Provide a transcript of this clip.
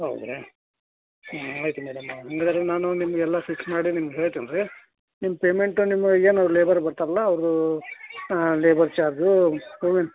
ಹೌದು ರಿ ಹ್ಞೂ ಆಯಿತು ಮೇಡಮ್ ಹಂಗಾದ್ರೆ ನಾನು ನಿಮ್ಗೆ ಎಲ್ಲ ಫಿಕ್ಸ್ ಮಾಡಿ ನಿಮ್ಗೆ ಹೇಳ್ತೇನೆ ರೀ ನಿಮ್ಮ ಪೇಮೆಂಟು ನಿಮ್ಮ ಏನು ಲೇಬರ್ ಬರ್ತಾರೆ ಅಲ್ಲ ಅವರು ಲೇಬರ್ ಚಾರ್ಜು ಹೂವಿನ